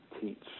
teach